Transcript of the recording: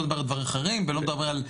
לא מדבר על דברים אחרים ולא מדבר על דיבידנדים.